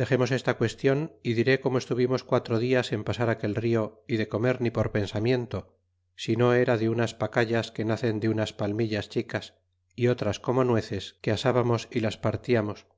dexemos esta qüestion y diré como estuvimos quatro dias en pasar aquel rio y de comer ni por pensamiento sino era de unas pacayas que nacen de unas palmillas chicas y otras como nueces que asbamos y las partiamos